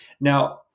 Now